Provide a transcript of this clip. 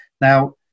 Now